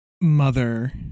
mother